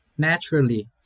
naturally